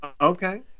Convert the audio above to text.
Okay